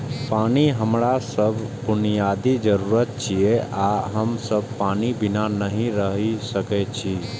पानि हमरा सभक बुनियादी जरूरत छियै आ हम सब पानि बिना नहि रहि सकै छी